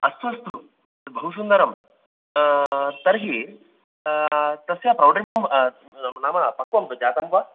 अस्तु अस्तु बहु सुन्दरं तर्हि तस्य प्रोडिमं नाम पक्वं जातं वा